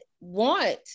want